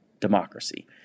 democracy